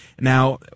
Now